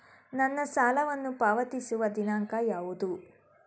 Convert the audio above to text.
ನನ್ನ ಸಾಲವನ್ನು ಪಾವತಿಸುವ ದಿನಾಂಕ ಯಾವುದು?